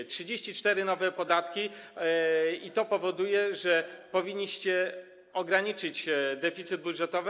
Są 34 nowe podatki, co powoduje, że powinniście ograniczyć deficyt budżetowy.